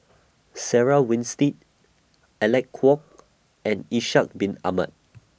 Sarah Winstedt Alec Kuok and Ishak Bin Ahmad